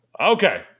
Okay